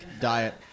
diet